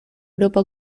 europa